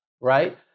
Right